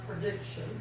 prediction